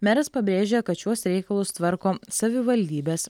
meras pabrėžia kad šiuos reikalus tvarko savivaldybės